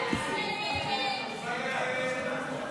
הסתייגות 7 לא נתקבלה.